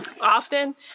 often